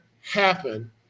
happen